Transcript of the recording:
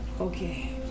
Okay